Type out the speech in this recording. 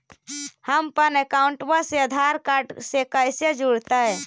हमपन अकाउँटवा से आधार कार्ड से कइसे जोडैतै?